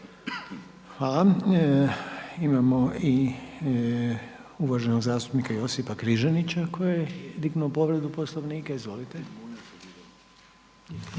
Hvala. Imamo i uvaženog zastupnika Josipa Križanića koji je dignuo povredu Poslovnika. Izvolite.